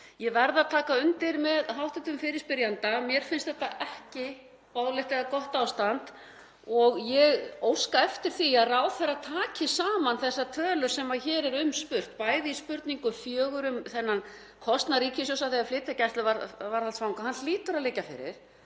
Ég verð að taka undir með hv. fyrirspyrjanda, mér finnst þetta ekki boðlegt eða gott ástand. Ég óska eftir því að ráðherra taki saman þessar tölur sem hér er um spurt, bæði í spurningu 4, um kostnað ríkissjóðs af því að flytja gæsluvarðhaldsfanga, hann hlýtur að liggja fyrir,